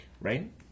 right